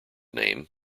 name